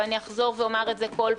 ואני אחזור ואומר את זה כל פעם,